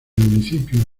municipio